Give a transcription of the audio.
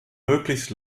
möglichst